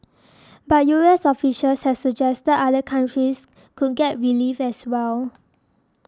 but U S officials have suggested other countries could get relief as well